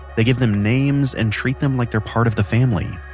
they give them names and treat them like they're part of the family.